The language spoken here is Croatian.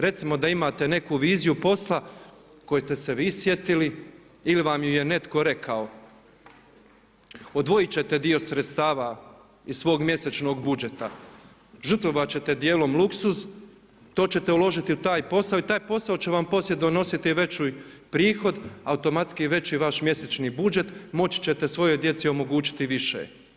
Recimo da imate neku viziju posla koji ste se vi sjetili ili vam ju je netko rekao. odvojit ćete dio sredstava iz svog mjesečnog budžeta, žrtvovat ćete djelom luksuz, to ćete uložiti i taj posao će vam poslije donositi veći prihod, automatski veći vaš mjesečni budžet moći ćete svojoj djeci omogućiti više.